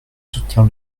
soutenir